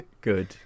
Good